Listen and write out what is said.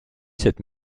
cette